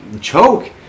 choke